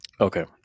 Okay